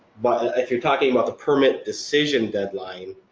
but if you're talking about the permit decision deadline,